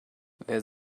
wer